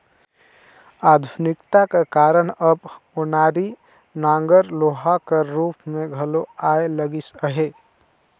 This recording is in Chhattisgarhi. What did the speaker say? आधुनिकता कर कारन अब ओनारी नांगर लोहा कर रूप मे घलो आए लगिस अहे